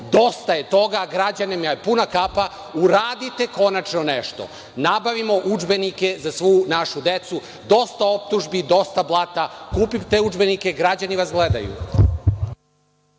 dosta je toga, građanima je puna kapa. Uradite konačno nešto. Nabavimo udžbenike za svu našu decu. Dosta optužbi, dosta blata, kupite udžbenike, građani vas gledaju.